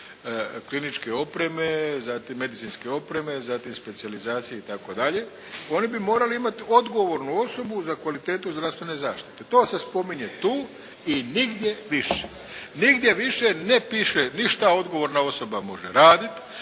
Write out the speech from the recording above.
kliničke opreme zatim medicinske opreme zatim specijalizacije itd., oni bi morali imat odgovornu osobu za kvalitetu zdravstvene zaštite. To se spominje tu i nigdje više. Nigdje više ne piše ni šta odgovorna osoba može radit,